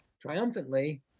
triumphantly